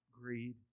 greed